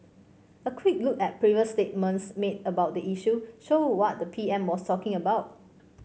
a quick look at previous statements made about the issue show what the P M was talking about